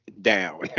down